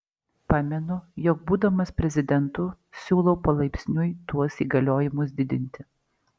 pamenu jog būdamas prezidentu siūlau palaipsniui tuos įgaliojimus didinti